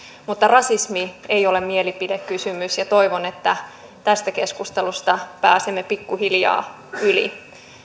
mutta rasismi ei ole mielipidekysymys ja toivon että tästä keskustelusta pääsemme pikkuhiljaa yli